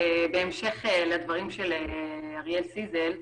שלום וברכה, בהמשך לדברים של אריאל סיזל,